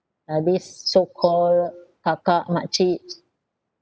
uh these so call kakak makcik